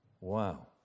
wow